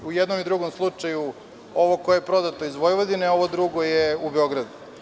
I u jednom i u drugom slučaju ovo koje je prodato iz Vojvodine, a drugo je u Beogradu.